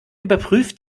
überprüft